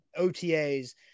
OTAs